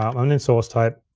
um and in source tape,